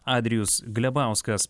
adrijus glebauskas